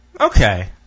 Okay